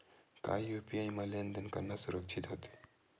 का यू.पी.आई म लेन देन करना सुरक्षित होथे?